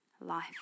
life